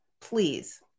please